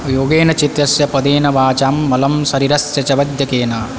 योगेन चित्तस्य पदेन वाचां मलं शरिरस्य च वैध्यकेन